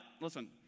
Listen